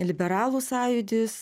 liberalų sąjūdis